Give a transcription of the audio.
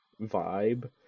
vibe